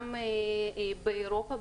גם באירופה,